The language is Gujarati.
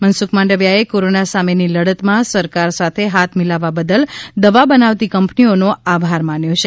મનસુખ માંડવિયાએ કોરોના સામેની લડતમાં સરકાર સાથે હાથ મિલાવવા બદલ દવા બનાવતી કંપનીઓનો આભાર માન્યો છે